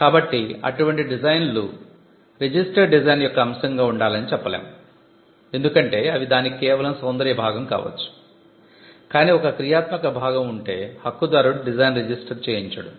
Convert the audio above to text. కాబట్టి అటువంటి డిజైన్లు రిజిస్టర్డ్ డిజైన్ యొక్క అంశంగా ఉండాలని చెప్పము ఎందుకంటే అవి దానికి కేవలం సౌందర్య భాగం కావచ్చు కానీ ఒక క్రియాత్మక భాగం వుంటే హక్కుదారుడు డిజైన్ రిజిస్టర్ చేయించడు